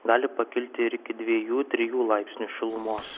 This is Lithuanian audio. gali pakilti ir iki dviejų trijų laipsnių šilumos